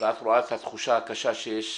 ואת רואה את התחושה הקשה שיש